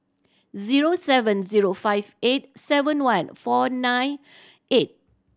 zero seven zero five eight seven one four nine eight